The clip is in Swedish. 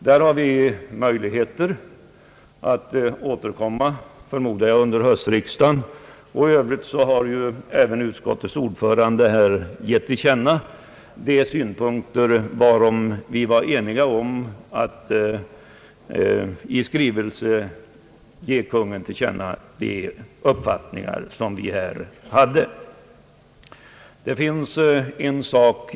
Vi har möjligheter att återkomma — förmodar jag — under höstriksdagen. Och i övrigt har även utskottets ordförande givit till känna de synpunkter beträffande vilka vi enades om att i skrivelse till Kungl. Maj:t redovisa våra uppfattningar.